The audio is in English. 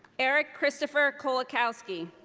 eric christopher kolakowski.